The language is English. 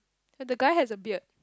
and the guy has a beard